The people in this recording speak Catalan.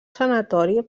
sanatori